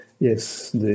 Yes